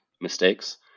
mistakes